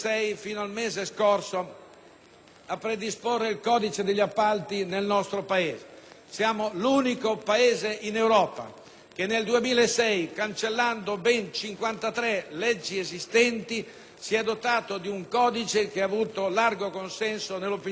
a predisporre il codice degli appalti del nostro Paese. Siamo l'unico Paese in Europa che nel 2006, cancellando ben 53 leggi esistenti, si è dotato di un codice che ha avuto largo consenso nell'opinione pubblica e tra gli operatori.